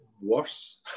worse